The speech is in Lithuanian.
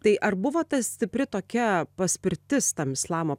tai ar buvo ta stipri tokia paspirtis tam islamo